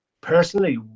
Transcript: personally